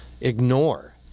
ignore